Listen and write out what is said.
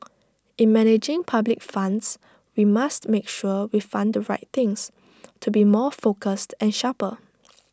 in managing public funds we must make sure we fund the right things to be more focused and sharper